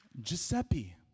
Giuseppe